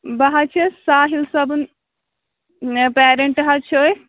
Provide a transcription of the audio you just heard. بہٕ حظ چھَس ساہِل صٲبٕن مےٚ پیرٮ۪نٹ حظ چھِ أسۍ